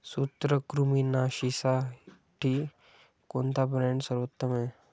सूत्रकृमिनाशीसाठी कोणता ब्रँड सर्वोत्तम आहे?